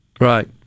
Right